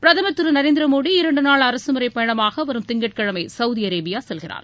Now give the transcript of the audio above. பிரதமர் திரு நரேந்திர மோதி இரண்டு நாள் அரசுமுறை பயணமாக வரும் திங்கட்கிழமை சவுதி அரேபியா செல்கிறார்